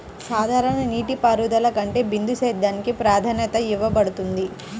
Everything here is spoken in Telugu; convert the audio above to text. సాధారణ నీటిపారుదల కంటే బిందు సేద్యానికి ప్రాధాన్యత ఇవ్వబడుతుంది